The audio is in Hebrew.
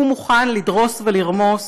הוא מוכן לדרוס ולרמוס